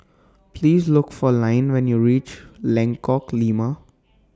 Please Look For Lynne when YOU REACH Lengkok Lima